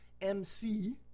MC